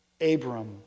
Abram